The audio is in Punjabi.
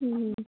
ਜੀ